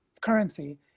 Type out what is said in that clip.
currency